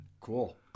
Cool